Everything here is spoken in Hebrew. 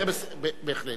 בהחלט.